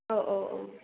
औ औ औ